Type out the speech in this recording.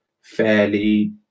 fairly